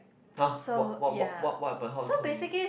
!huh! what what what what what happen how did how did you